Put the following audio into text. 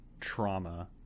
trauma